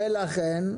ולכן?